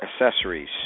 accessories